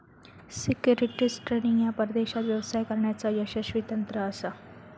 securities trading ह्या परदेशात व्यवसाय करण्याचा यशस्वी तंत्र असा